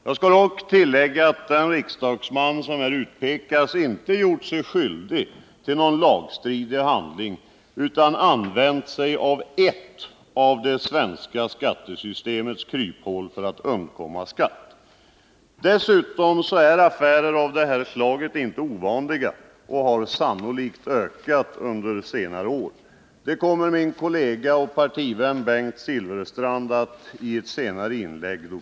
Jag skall dock tillägga att den riksdagsman som här utpekas inte gjort sig skyldig till någon lagstridig handling utan använt sig av ett av de svenska skattesystemets kryphål för att undkomma skatt. Affärer av det här slaget är inte ovanliga, och de har sannolikt ökat under senare år. Detta kommer min kollega och partivän Bengt Silfverstrand att dokumentera i ett senare inlägg.